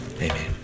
Amen